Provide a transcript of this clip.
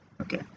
okay